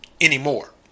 anymore